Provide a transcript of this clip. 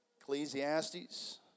Ecclesiastes